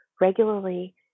regularly